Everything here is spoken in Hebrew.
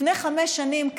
לפני חמש שנים,